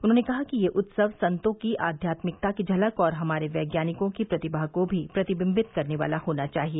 उन्होंने कहा कि इस उत्सव में संतों की आध्यात्मिकता की झलक और हमारे वैज्ञानिकों की प्रतिभा को भी प्रतिबिंबित करने वाला होना चाहिए